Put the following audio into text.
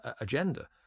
agenda